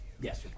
Yes